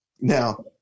Now